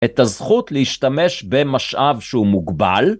‫את הזכות להשתמש במשאב שהוא מוגבל.